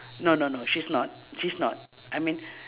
no no no she's not she's not I mean